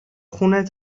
خون